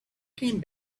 came